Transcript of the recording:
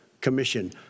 commission